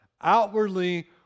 Outwardly